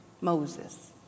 Moses